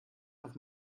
auf